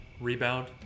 rebound